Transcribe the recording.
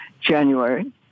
January